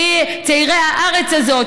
צעירי הארץ הזאת,